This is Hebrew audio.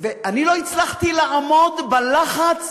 ואני לא הצלחתי לעמוד בלחץ